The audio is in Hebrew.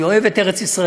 אני אוהב את ארץ-ישראל,